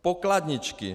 Pokladničky.